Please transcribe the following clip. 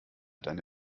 deine